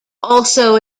also